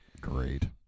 great